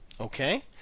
Okay